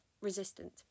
resistant